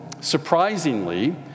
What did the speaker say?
surprisingly